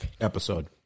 episode